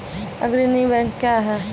अग्रणी बैंक क्या हैं?